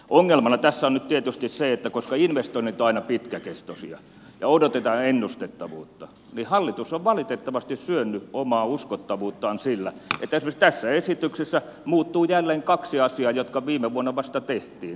ongelmana tässä on nyt tietysti se että koska investoinnit ovat aina pitkäkestoisia ja odotetaan ennustettavuutta niin hallitus on valitettavasti syönyt omaa uskottavuuttaan sillä että esimerkiksi tässä esityksessä muuttuu jälleen kaksi asiaa jotka viime vuonna vasta tehtiin